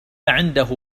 عنده